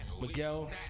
Miguel